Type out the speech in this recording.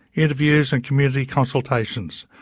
interviews and community consultations.